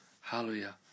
Hallelujah